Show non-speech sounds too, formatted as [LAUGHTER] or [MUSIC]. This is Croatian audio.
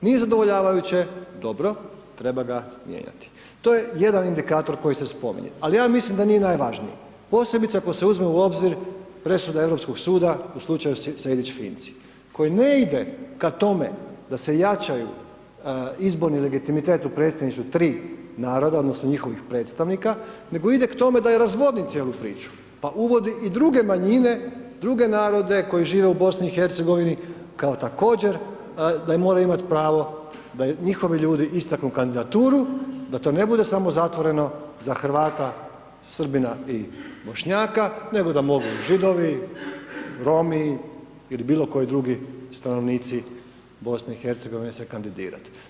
Nije zadovoljavajuće, dobro treba ga mijenjati, to je jedan indikator koji se spominje, ali ja mislim da nije najvažniji, posebice ako se uzme u obzir presuda Europskog suda u slučaju … [UNINTELLIGIBLE] koji ne ide ka tome da se jačaju izborni legitimitet u predsjedništvu 3 naroda, odnosno, njihovih predstavnika, nego ide k tome da i razvodni cijelu priču, pa uvodi i druge manjine, druge narode koji žive u BIH, kao također, da moraju imati pravo da njihovi ljudi istaknu kandidaturu, da to ne bude samo zatvoreno za Hrvata, Srbina i Bošnjaka, nego da mogu Židovi, Romi ili bilo koji drugi stanovnici BIH se kandidirati.